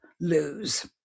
lose